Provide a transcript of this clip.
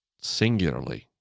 singularly